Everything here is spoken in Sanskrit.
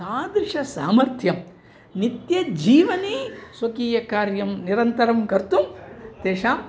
तादृशसामर्थ्यं नित्यजीवने स्वकीयकार्यं निरन्तरं कर्तुं तेषां